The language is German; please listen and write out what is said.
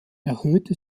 erhöhte